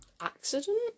accident